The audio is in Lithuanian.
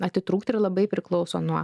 atitrūkti ir labai priklauso nuo